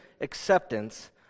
acceptance